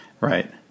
Right